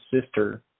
sister